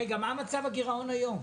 רגע, מה מצב הגרעון היום?